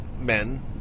men